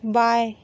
बाएँ